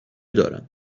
دارم